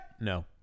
no